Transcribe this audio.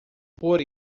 por